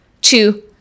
two